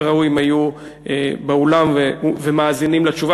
היה ראוי שהם יהיו באולם ויאזינו לתשובה.